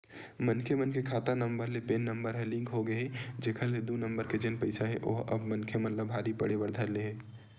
मनखे मन के खाता नंबर ले पेन नंबर ह लिंक होगे हे जेखर ले दू नंबर के जेन पइसा हे ओहा अब मनखे मन ला भारी पड़े बर धर ले हे